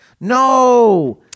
No